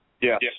Yes